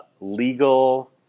legal